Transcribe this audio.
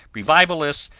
revivalists,